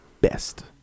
best